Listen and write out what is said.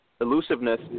elusiveness